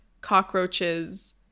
cockroaches